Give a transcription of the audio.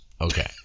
Okay